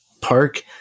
park